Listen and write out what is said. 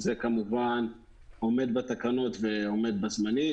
וזה כמובן עומד בתקנות ועומד בזמנים.